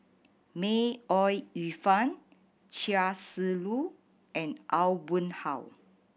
May Ooi Yu Fen Chia Shi Lu and Aw Boon Haw